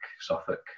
Suffolk